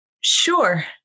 Sure